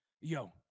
Yo